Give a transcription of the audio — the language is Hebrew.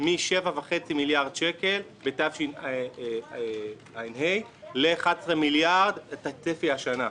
מ-7.5 מיליארד שקל בתשע"ה ל-11 מיליארד צפי השנה.